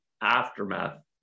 aftermath